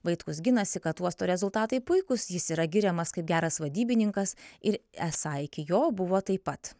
vaitkus ginasi kad uosto rezultatai puikūs jis yra giriamas kaip geras vadybininkas ir esą iki jo buvo taip pat